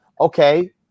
okay